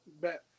bet